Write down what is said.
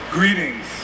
Greetings